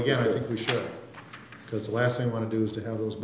again i think we should because the last thing we want to do is to have those